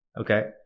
okay